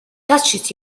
touches